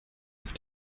auf